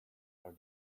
are